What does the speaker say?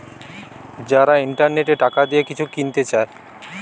যারা ইন্টারনেটে টাকা দিয়ে কিছু কিনতে চায়